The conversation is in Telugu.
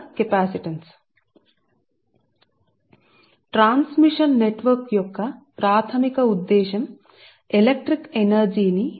కాబట్టి ట్రాన్స్మిషన్ నెట్వర్క్ యొక్క ప్రాథమిక ఉద్దేశ్యం ఎలక్ట్రిక్ పవర్ ని బదిలీ చేయడము